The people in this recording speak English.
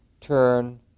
turn